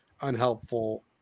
unhelpful